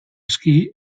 aski